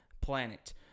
planet